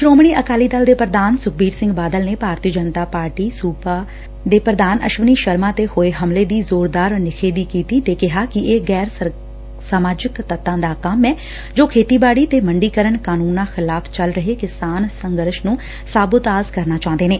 ਸ੍ਰੋਮਣੀ ਅਕਾਲੀ ਦਲ ਦੇ ਪ੍ਰਧਾਨ ਸੁਖਬੀਰ ਸਿੰਘ ਬਾਦਲ ਨੇ ਭਾਰਤੀ ਜਨਤਾ ਪਾਰਟੀ ਦੇ ਸੁਬਾ ਪ੍ਰਧਾਨ ਅਸ਼ਵਨੀ ਸ਼ਰਮਾ ਤੇ ਹੋਏ ਹਮਲੇ ਦੀ ਜ਼ੋਰਦਾਰ ਨਿਖੇਧੀ ਕੀਤੀ ਤੇ ਕਿਹਾ ਕਿ ਇਹ ਗੈਰ ਸਮਾਜਿਕ ਤੱਤਾਂ ਦਾ ਕੰਮ ਏ ਜੋ ਖੇਤੀਬਾੜੀ ਤੇ ਮੰਡੀਕਰਨ ਕਾਨੰਨਾਂ ਖ਼ਿਲਾਫ਼ ਚੱਲ ਰਹੇ ਕਿਸਾਨ ਸੰਘਰਸ਼ ਨੂੰ ਸਾਬੋਤਾਜ ਕਰਨਾ ਚਾਹੁੰਦੇ ਨੇ